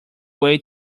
way